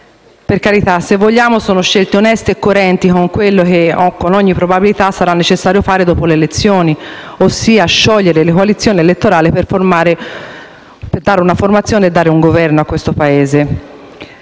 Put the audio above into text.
Per carità, se vogliamo sono scelte oneste e coerenti con quello che, con ogni probabilità, sarà necessario fare dopo le elezioni: ossia sciogliere le coalizioni elettorali per dare un Governo a questo Paese.